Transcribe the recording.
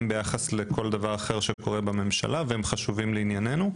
ביחס לכל דבר אחר שקורה בממשלה והם חשובים לעניינינו.